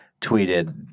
tweeted